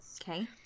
Okay